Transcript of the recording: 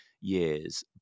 years